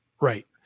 Right